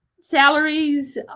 salaries